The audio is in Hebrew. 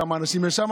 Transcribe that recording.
כמה אנשים יש שם,